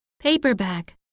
paperback